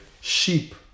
Sheep